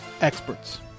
experts